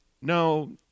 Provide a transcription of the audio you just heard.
no